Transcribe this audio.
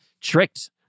tricked